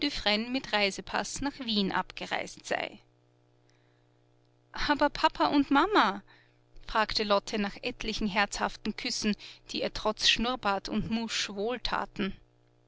mit reisepaß nach wien abgereist sei aber papa und mama fragte lotte nach etlichen herzhaften küssen die ihr trotz schnurrbart und